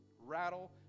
rattle